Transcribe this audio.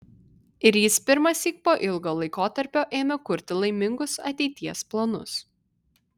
ir jis pirmąsyk po ilgo laikotarpio ėmė kurti laimingus ateities planus